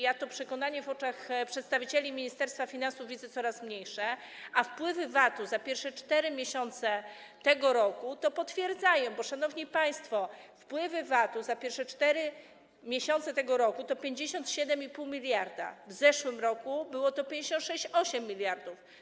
Ja to przekonanie w oczach przedstawicieli Ministerstwa Finansów widzę coraz mniejsze, a wpływy z VAT-u za pierwsze 4 miesiące tego roku to potwierdzają, bo szanowni państwo, wpływy z VAT-u za pierwsze 4 miesiące tego roku to 57,5 mld, w zeszłym roku było to 56,8 mld.